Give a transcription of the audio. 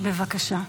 בבקשה.